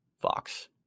Fox